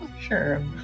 Sure